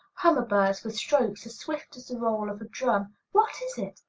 hammer-birds with strokes as swift as the roll of a drum. what is it?